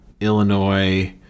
Illinois